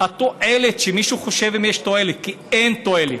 שאם מישהו חושב שיש תועלת, אין תועלת.